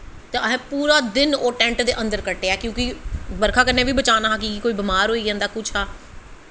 ते असें ओह् पूरा दिन असें टैंट दे अंदर कट्टेआ क्योंकि बरखा कन्नै बी बचाना हा कि कोई बमार होई जंदा कुछ हा